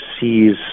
sees